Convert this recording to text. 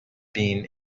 being